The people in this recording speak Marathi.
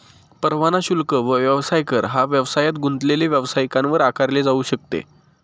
परवाना शुल्क व व्यवसाय कर हा व्यवसायात गुंतलेले व्यावसायिकांवर आकारले जाऊ शकते